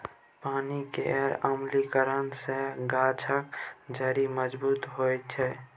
पानि केर अम्लीकरन सँ गाछक जड़ि मजबूत होइ छै